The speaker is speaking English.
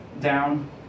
Down